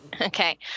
Okay